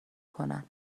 کنن